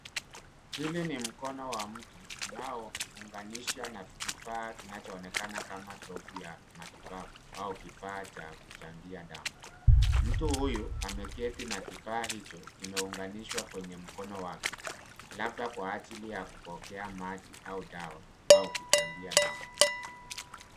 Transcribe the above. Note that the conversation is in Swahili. HIli ni mkono wa mtu unaounganishwa na kifaa kinachoonekana kama dropu ya matibabu au kifaa cha kuchangia damu. Mtu huyu ameketi na kifaa hicho kimeunganishwa kwenye mkono wake labda kwa ajili ya kupokea maji au dawa au kuchangia damu.